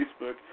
Facebook